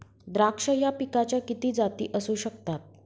द्राक्ष या पिकाच्या किती जाती असू शकतात?